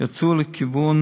יצאו לכיוון